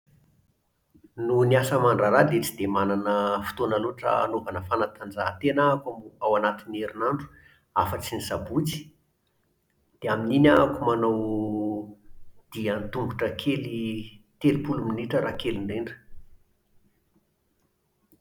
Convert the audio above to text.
Noho ny asa aman-draharaha dia tsy manana fotoana loatra hanaovana fanatanjahantena ah-ako ao anatin'ny herinandro. Afa-tsy ny Sabotsy, dia amin'iny ah-ako manao dia an-tongotra kely telopolo minitra raha kely indrindra,